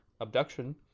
Abduction